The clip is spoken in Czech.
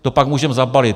To pak můžeme zabalit.